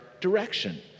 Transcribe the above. direction